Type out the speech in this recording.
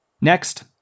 Next